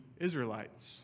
Israelites